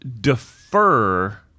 defer